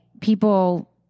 people